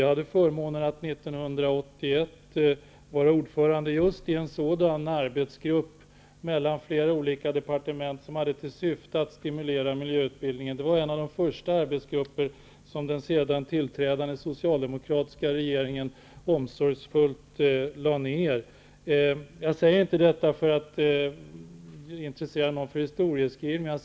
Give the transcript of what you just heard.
Jag hade förmånen att 1981 vara ordförande just i en sådan arbetsgrupp i samarbete med flera olika departement som hade till syfte att stimulera miljöutbildningen. Det var en av de första arbetsgrupperna som den sedan tillträdande socialdemokratiska regeringen omsorgsfullt lade ned. Jag säger inte detta för att intressera någon för historieskrivning.